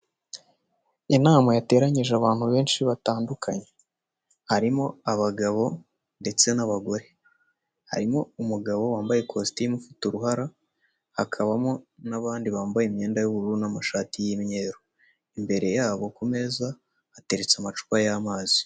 Inama yateranyije abantu benshi batandukanye harimo: abagabo ndetse n'abagore, harimo umugabo wambaye ikositimu ufite uruhara, hakabamo n'abandi bambaye imyenda y'ubururu n'amashati y'imyeru, imbere yabo ku meza hateretse amacupa y'amazi.